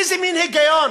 איזה מין היגיון?